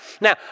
Now